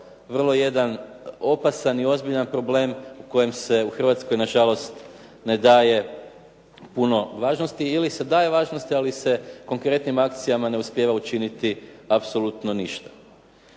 vrlo jedan opasan i ozbiljan problem u kojem se u Hrvatskoj nažalost ne daje puno važnosti ili se daje važnosti, ali se konkretnim akcijama ne uspijeva učiniti apsolutno ništa.